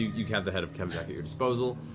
you have the head of kevdak at your disposal.